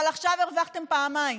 אבל עכשיו הרווחתם פעמיים: